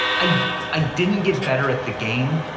i i didn't get better at the game.